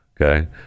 Okay